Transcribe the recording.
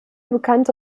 bekannte